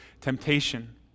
temptation